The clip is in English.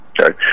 Okay